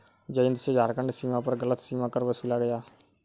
जयंत से झारखंड सीमा पर गलत सीमा कर वसूला गया